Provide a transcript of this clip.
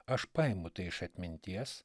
aš paimu tai iš atminties